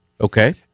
Okay